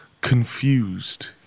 confused